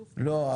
לא.